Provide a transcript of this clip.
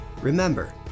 Remember